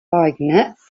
vignettes